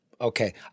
Okay